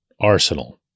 arsenal